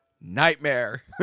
nightmare